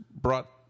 brought